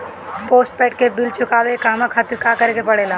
Postpaid के bill चुकावे के कहवा खातिर का करे के पड़ें ला?